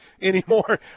anymore